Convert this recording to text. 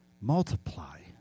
multiply